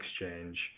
exchange